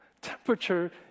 temperature